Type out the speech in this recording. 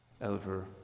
over